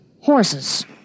Horses